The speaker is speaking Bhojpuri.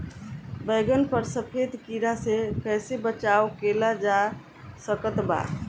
बैगन पर सफेद कीड़ा से कैसे बचाव कैल जा सकत बा?